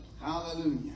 Hallelujah